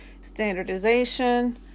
standardization